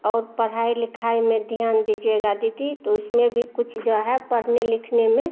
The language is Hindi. और पढ़ाई लिखाई में ध्यान दीजिएगा दीदी तो उसमें भी कुछ जो है पढ़ने लिखने में